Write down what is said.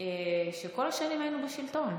כל השנים היינו בשלטון.